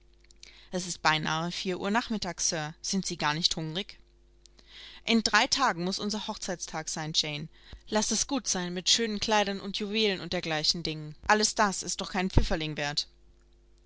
es ist beinahe vier uhr nachmittags sir sind sie gar nicht hungrig in drei tagen muß unser hochzeitstag sein jane laß es gut sein mit schönen kleidern und juwelen und dergleichen dingen alles das ist doch keinen pfifferling wert